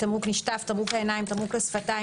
"תמרוק נשטף",